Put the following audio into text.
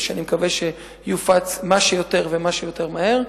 ואני מקווה שיופץ מה שיותר ומה שיותר מהר,